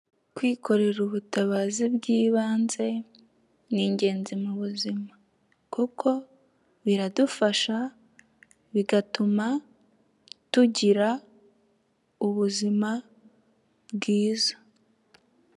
Kwikorera ubutabazi bw'ibanze ni ingenzi mu buzima. Kuko biradufasha, bigatuma tugira ubuzima bwiza.